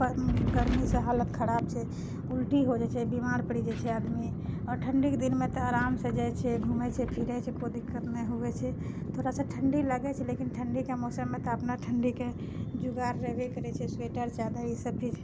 गऽ गर्मीसँ हालत खराब छै उल्टी हो जाइ छै बीमार पड़ि जाइ छै आदमी आओर ठण्डी कऽ दिनमे तऽ आराम से जाइ छै आदमी घुमए छै फिरए छै कोइ दिक्कत नहि हुए छै थोड़ा सा ठण्डी लागै छै लेकिन ठण्डी कऽ मौसममे तऽ अपना ठण्डीके जुगाड़ रहबे करै छै स्वेटर चादर ई सभ चीज